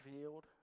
field